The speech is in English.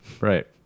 right